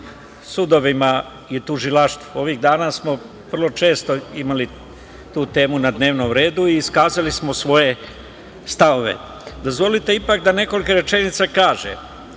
sudovima i tužilaštvu. Ovih dana smo vrlo često imali tu temu na dnevnom redu i iskazali smo svoje stavove. Dozvolite ipak da nekoliko rečenica kažem